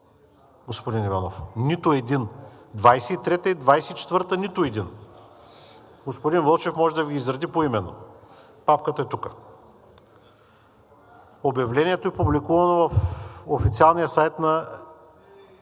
господин Иванов. Нито един! 2023-а, 2024 г. – нито един! Господин Вълчев може да Ви ги изреди поименно. Папката е тук. Обявлението е публикувано в официалния сайт на